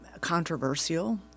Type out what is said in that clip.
controversial